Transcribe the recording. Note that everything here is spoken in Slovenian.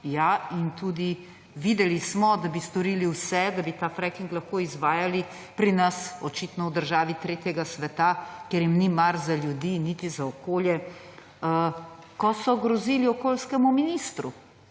in tudi videli smo, da bi storili vse, da bi ta fracking lahko izvajali pri nas, očitno v državi tretjega sveta kjer jim ni mar za ljudi in niti za okolje, ko so grozili okoljskemu ministru.